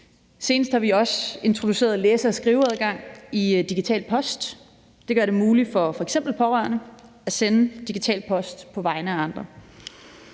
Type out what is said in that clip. Senest har vi også introduceret læse- og skriveadgang i Digital Post. Det gør det muligt for f.eks. pårørende at sende digital post på vegne af andre.